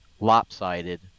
lopsided